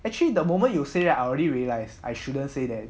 actually the moment you say I already realized I shouldn't say that